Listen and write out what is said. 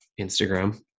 Instagram